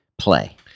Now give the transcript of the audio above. play